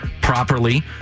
properly